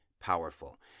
powerful